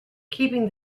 keeping